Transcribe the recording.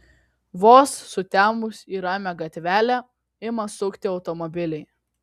vos sutemus į ramią gatvelę ima sukti automobiliai